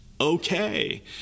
okay